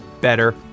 better